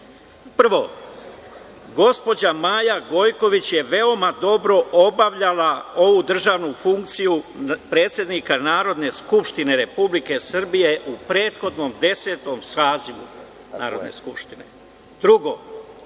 gospođa Maja Gojković je veoma dobro obavljala ovu državnu funkciju predsednika Narodne skupštine Republike Srbije u prethodnom Desetom sazivu Narodne skupštine.